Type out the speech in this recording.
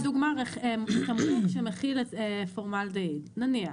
לדוגמה תמרוק שמכיל פורמלדהיד, נניח,